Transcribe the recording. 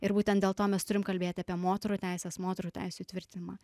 ir būten dėl to mes turim kalbėti apie moterų teises moterų teisių įtvirtinimą